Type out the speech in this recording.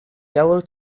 yellow